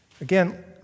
Again